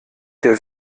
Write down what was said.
der